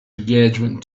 engagement